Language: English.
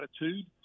attitude